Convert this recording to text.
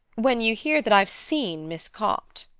when you hear that i've seen miss copt.